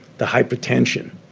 the hypertension,